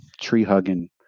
tree-hugging